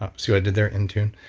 ah see what i did there, in tune?